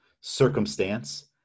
circumstance